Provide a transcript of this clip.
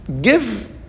Give